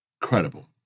credible